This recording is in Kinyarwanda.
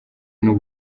n’u